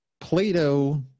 Plato